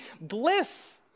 bliss